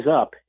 up